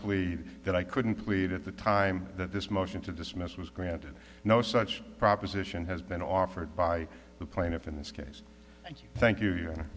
plea that i couldn't plead at the time that this motion to dismiss was granted no such proposition has been offered by the plaintiff in this case thank you